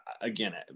again